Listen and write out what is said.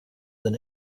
than